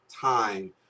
time